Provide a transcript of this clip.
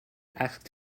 asked